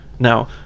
Now